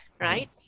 right